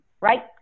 right